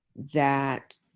that